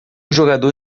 jogador